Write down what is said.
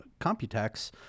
Computex